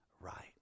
right